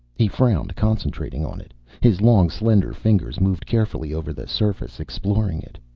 he frowned, concentrating on it. his long, slender fingers moved carefully over the surface, exploring it.